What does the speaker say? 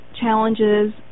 challenges